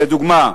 לדוגמה,